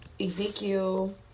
Ezekiel